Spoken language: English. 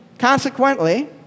Consequently